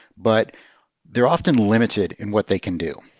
but they're often limited in what they can do.